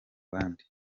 bandi